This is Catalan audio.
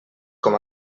com